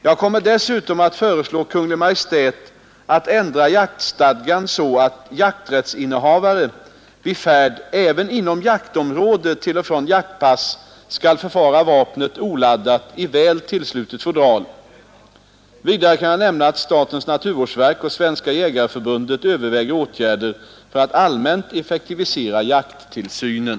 Jag kommer dessutom att föreslå Kungl. Maj:t att ändra jaktstadgan så att jakträttsinnehavare vid färd även inom jaktområde till och från jaktpass skall förvara vapnet oladdat i väl tillslutet fodral. Vidare kan jag nämna att statens naturvårdsverk och Svenska jägareförbundet överväger åtgärder för att allmänt effektivisera jakttillsynen.